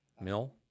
Mill